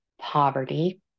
poverty